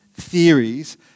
theories